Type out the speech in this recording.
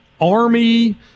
Army